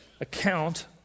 account